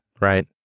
right